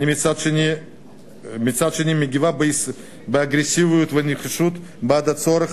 אך מצד שני הגיבה באגרסיביות ובנחישות בעת הצורך